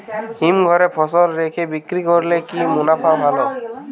হিমঘরে ফসল রেখে বিক্রি করলে কি মুনাফা ভালো?